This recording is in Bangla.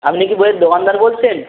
আপনি কি বইয়ের দোকানদার বলছেন